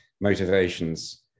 motivations